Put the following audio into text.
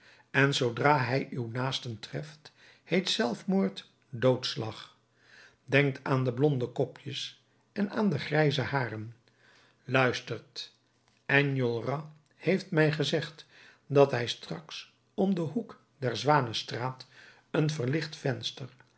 en zoodra hij uw naasten treft heet zelfmoord doodslag denkt aan de blonde kopjes en aan de grijze haren luistert enjolras heeft mij gezegd dat hij straks om den hoek der zwanenstraat een verlicht venster